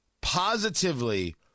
positively